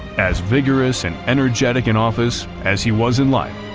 as vigorous and energetic in office as he was in life,